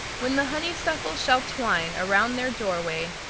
when the honeysuckle shall twine around their doorway,